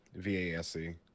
VASC